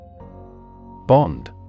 Bond